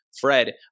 Fred